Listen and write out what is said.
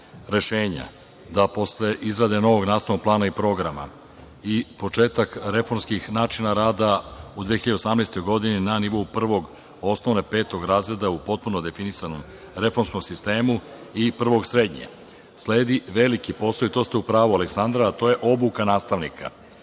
rešenja, da posle izrade novog nastavnog plana i programa i početak reformskih načina rada u 2018. godini na nivou prvog osnove petog razreda u potpuno definisanom reformskom sistemu i prvog srednje. Sledi veliki posao, i tu ste u pravu Aleksandra, a to je obuka nastavnika.